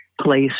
place